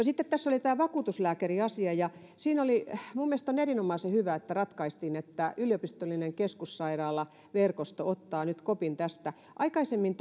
sitten tässä oli tämä vakuutuslääkäriasia minun mielestäni on erinomaisen hyvä että ratkaistiin että yliopistollisten keskussairaaloiden verkosto ottaa nyt kopin tästä aikaisemmin